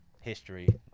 history